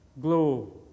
glow